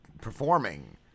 performing